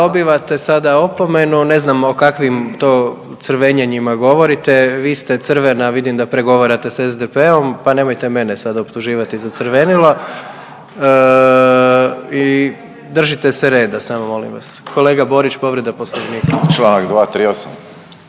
Dobivate sada opomenu, ne znam o kakvim to crvenjenjima govorite, vi ste crvena, vidim da pregovarate s SDP-om, pa nemojte mene sada optuživati za crvenilo i držite se reda samo molim vas. Kolega Borić povreda Poslovnika. **Borić,